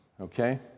okay